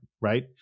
right